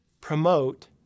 Promote